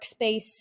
workspace